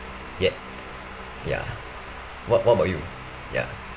yet ya what what about you ya